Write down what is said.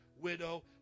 widow